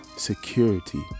security